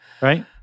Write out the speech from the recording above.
right